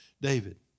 David